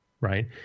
right